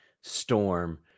Storm